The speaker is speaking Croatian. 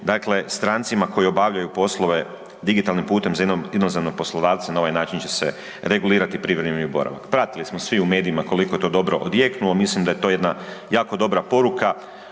dakle strancima koji obavljaju poslove digitalnim putem za inozemnim poslodavcem, na ovaj način će se regulirati privremeni boravak. Pratili smo svi u medijima koliko to dobro je odjeknulo, mislim da je to jedna jako dobra poruka,